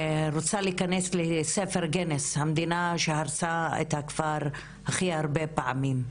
היא רוצה להיכנס לספר גינס בתור המדינה שהרסה את הכפר הכי הרבה פעמים.